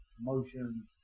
motion